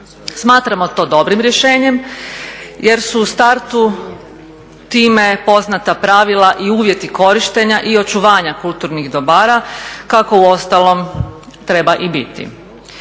Smatramo to dobrim rješenjem jer su u startu time poznata pravila i uvjeti korištenja i očuvanja kulturnih dobara kako uostalom treba i biti.